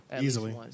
easily